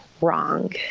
wrong